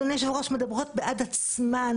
אדוני היושב-ראש, מדברות בעד עצמן.